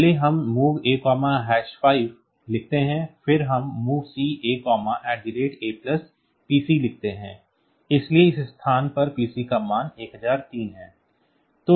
पहले हम MOV A5 लिखते हैं फिर हम MOVC AAPC लिखते हैं इसलिए इस स्थान पर PC का मान 1003 है